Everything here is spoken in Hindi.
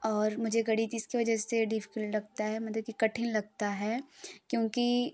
और मुझे गणित इसकी वजह से डिफिकल्ट लगता है मतलब की कठिन लगता है क्योंकि